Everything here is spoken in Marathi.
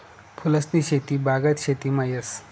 फूलसनी शेती बागायत शेतीमा येस